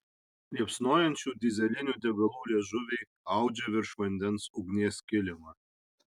liepsnojančių dyzelinių degalų liežuviai audžia virš vandens ugnies kilimą